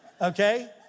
okay